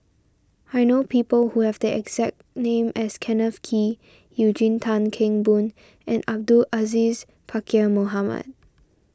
I know people who have the exact name as Kenneth Kee Eugene Tan Kheng Boon and Abdul Aziz Pakkeer Mohamed